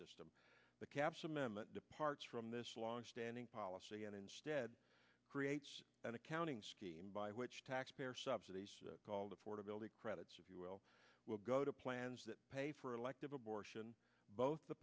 system the caps amendment departs from this long standing policy and instead create an accounting scheme by which taxpayer subsidies called affordability credits if you will will go to plans that pay for elective abortion both the